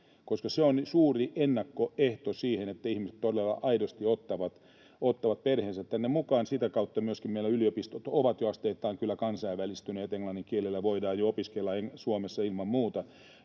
se on suuri ennakkoehto siihen, että ihmiset todella aidosti ottavat perheensä tänne mukaan — sitä kautta myöskin meillä yliopistot ovat jo asteittain kyllä kansainvälistyneet, englannin kielellä voidaan jo opiskella Suomessa ilman muuta